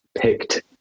picked